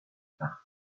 parc